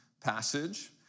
passage